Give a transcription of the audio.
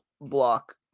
block